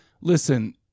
listen